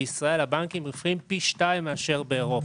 בישראל הבנקים מרוויחים פי שניים מאשר באירופה.